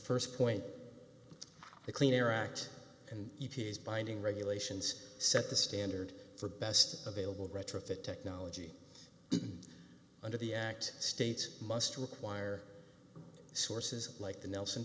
st point the clean air act and e p a s binding regulations set the standard for best available retrofit technology under the act states must require sources like the nelson